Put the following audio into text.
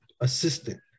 assistant